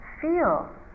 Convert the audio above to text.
feel